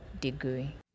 degree